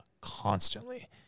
constantly